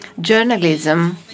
journalism